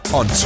on